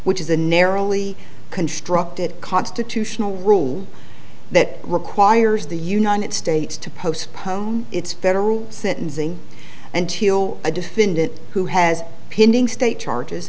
which is a narrowly constructed constitutional rule that requires the united states to postpone its federal sentencing until a defendant who has pinning state charges